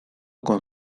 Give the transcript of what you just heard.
con